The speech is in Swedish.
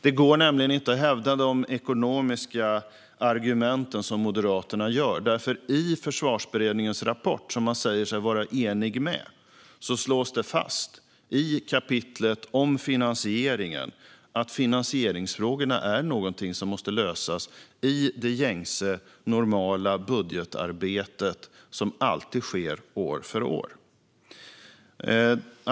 Det går nämligen inte att hävda de ekonomiska argument som Moderaterna har. I Försvarsberedningens rapport, som de säger sig vara eniga med, slås det i kapitlet om finansieringen fast att finansieringsfrågorna är någonting som måste lösas i det gängse normala budgetarbete som alltid sker år för år.